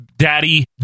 Daddy